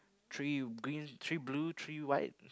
three green three blue three white